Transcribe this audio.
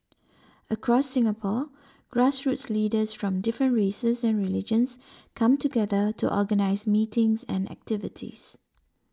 across Singapore grassroots leaders from different races and religions come together to organise meetings and activities